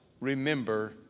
remember